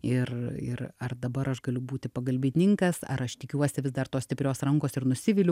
ir ir ar dabar aš galiu būti pagalbininkas ar aš tikiuosi vis dar tos stiprios rankos ir nusiviliu